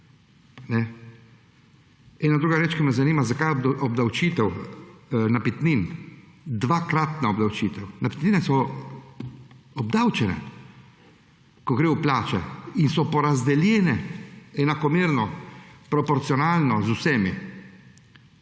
Druga reč, ki me zanima, je, zakaj je obdavčitev napitnin, dvakratna obdavčitev. Napitnine so obdavčene, ko gredo v plače, in so porazdeljene enakomerno, proporcionalno z vsemi.